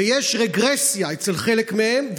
ויש רגרסיה אצל חלק מהם,